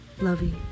Lovey